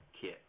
kit